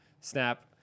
snap